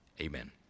amen